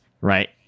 right